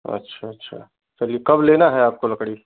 अच्छा अच्छा चलिए कब लेना है आपको लकड़ी